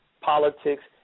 politics